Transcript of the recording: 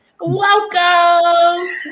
Welcome